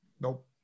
Nope